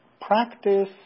practice